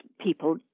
people